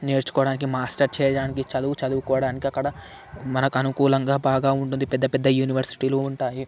నేర్చుకోడానికి మాస్టర్ చేయడానికి చదువు చదువుకోవడానికి అక్కడ మనకు అనుకూలంగా బాగా ఉంటుంది పెద్ద పెద్ద యూనివర్సిటీలు ఉంటాయి